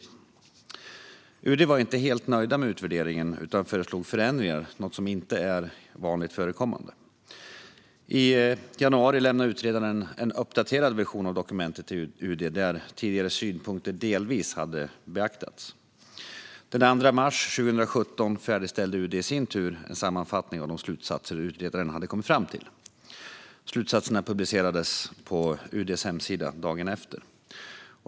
På UD var man inte helt nöjd med utvärderingen utan föreslog förändringar, något som inte är vanligt förekommande. I januari lämnade utredaren en uppdaterad version av dokumentet till UD. Där hade tidigare synpunkter delvis beaktats. Den 2 mars 2017 färdigställde UD i sin tur en sammanfattning av de slutsatser utredaren hade kommit fram till. Slutsatserna publicerades på UD:s hemsida dagen efter.